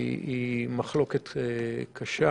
היא מחלוקת קשה.